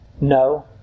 No